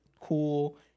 cool